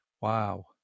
Wow